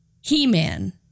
He-Man